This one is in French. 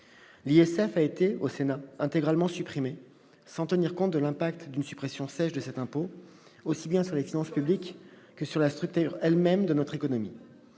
politique. Le Sénat a intégralement supprimé l'ISF, sans tenir compte de l'impact d'une suppression sèche de cet impôt, aussi bien sur les finances publiques que sur la structure elle-même de notre économie.